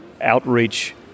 outreach